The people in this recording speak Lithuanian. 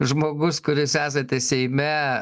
žmogus kuris esate seime